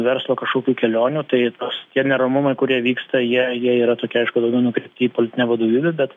verslo kažkokių kelionių tai tos tie neramumai kurie vyksta jie jie yra tokie aišku daugiau nukreipti į politinę vadovybę bet